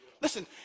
Listen